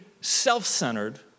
self-centered